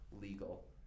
legal